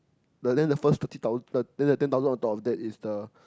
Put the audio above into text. the then the first twenty thousand the then the ten thousand on top of that is the